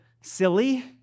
Silly